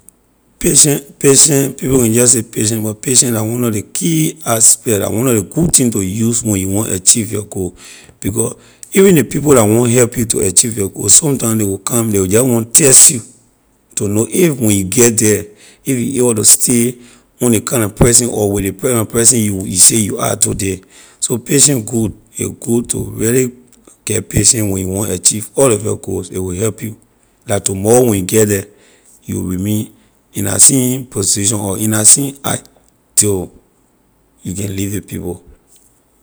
Patient patient people can jeh say patient but patient la one lor ley key aspect la one lor ley good thing to use when you want achieve your goal because even ley people la want help you to achieve your goal sometime ley will come ley will jeh want test you to know if when you get the if you awor to stay on ley kind na person or with ley kind na person you you say you are today so patient good a good to really get patient when you want achieve all of your goal a will help you la tomorrow when you get the you will remain in la same position or in la same act till you can leave ley people.